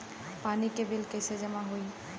पानी के बिल कैसे जमा होयी?